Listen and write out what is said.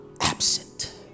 absent